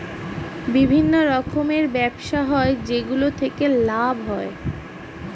বিভিন্ন রকমের ব্যবসা হয় যেগুলো থেকে লাভ হয়